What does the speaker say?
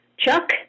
Chuck